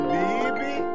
baby